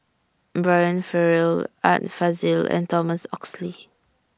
Brian Farrell Art Fazil and Thomas Oxley